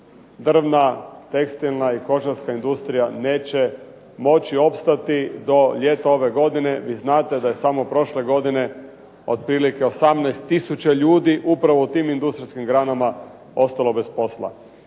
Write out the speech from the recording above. drvna, kožarska i tekstilna industrija neće moći opstati do ljeta ove godine, vi znate da je samo prošle godine otprilike 18 tisuća ljudi upravo u tim industrijskim granama ostalo bez posla.